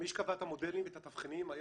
מי שקבע את המודלים ואת התבחינים היה